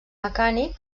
mecànic